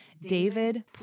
David